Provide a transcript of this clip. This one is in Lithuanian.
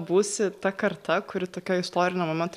būsi ta karta kuri tokio istorinio momento